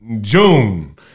June